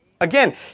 Again